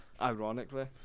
Ironically